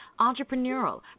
entrepreneurial